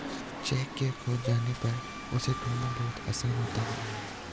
cheque के खो जाने पर उसे ढूंढ़ना बहुत आसान होता है